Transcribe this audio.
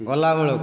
ଗଲା ବେଳକୁ